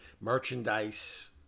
merchandise